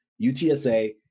UTSA